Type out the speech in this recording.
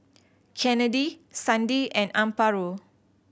Kennedi Sandi and Amparo